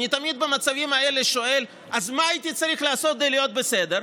תמיד במצבים האלה אני שואל: אז מה הייתי צריך לעשות כדי להיות בסדר?